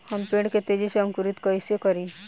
हम पेड़ के तेजी से अंकुरित कईसे करि?